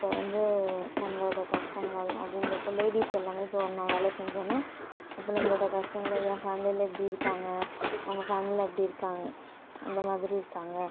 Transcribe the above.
அப்போ வந்து நம்மளோடய கஷ்டங்கள் அப்படின்ற அப்போ லேடீஸ் எல்லாமே இப்போ ஒன்றா வேலை செஞ்சோம்னால் அப்போ நம்மளோட கஷ்டங்கள ஏன் ஃபேம்லில இப்படி இருக்காங்க அவங்க ஃபேம்லில அப்படி இருக்காங்க அந்த மாதிரி இருக்காங்க